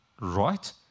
right